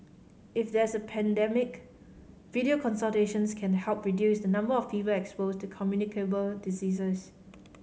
if there is a pandemic video consultations can help reduce the number of people exposed to communicable diseases